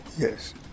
Yes